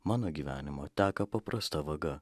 mano gyvenimo teka paprasta vaga